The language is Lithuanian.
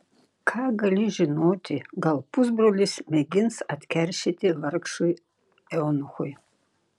ką gali žinoti gal pusbrolis mėgins atkeršyti vargšui eunuchui